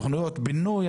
תוכניות בינוי.